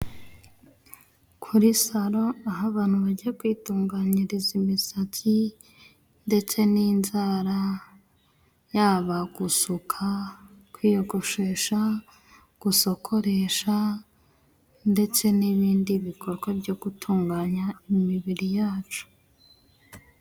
Kuri saro aho abantu bajya kwitunganyiriza imisatsi, ndetse n'inzara yaba gusuka, kwiyogoshesha, gusokoresha ndetse n'ibindi bikorwa byo gutunganya imibiri yacu.